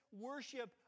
worship